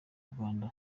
rwanda